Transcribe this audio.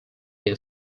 who